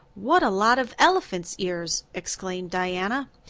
what a lot of elephant's ears, exclaimed diana.